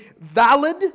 valid